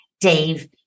Dave